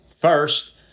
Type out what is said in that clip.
First